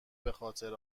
بخاطر